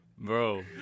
bro